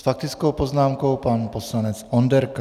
S faktickou poznámkou pan poslanec Onderka.